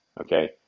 Okay